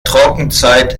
trockenzeit